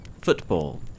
football